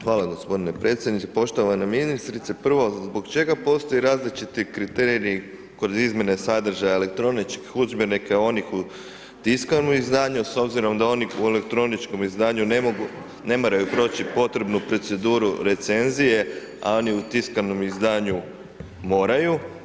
Hvala gospodine predsjedniče, poštovana ministrice prvo zbog čega postoje različiti kriteriji kod izmjene sadržaja elektroničkih udžbenika onih u tiskanom u izdanju s obzirom da oni u elektroničkom izdanju ne moraju proći potrebnu proceduru recenzije, a oni u tiskanom izdanju moraju.